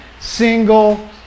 single